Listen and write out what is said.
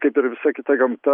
kaip ir visa kita gamta